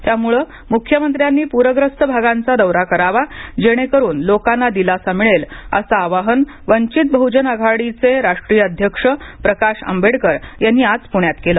त्यामुळे मुख्यमंत्र्यांनी पूरग्रस्त भागांचा दौरा करावा जेणेकरून लोकांना दिलासा मिळेल असं आवाहन वंचित बहजन आघाडीचे राष्ट्रीय अध्यक्ष प्रकाश आंबेडकर यांनी आज पुण्यात केले